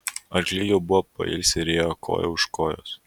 arkliai jau buvo pailsę ir ėjo koja už kojos